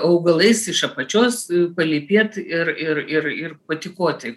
augalais iš apačios palypėt ir ir ir ir patykoti